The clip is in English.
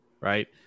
right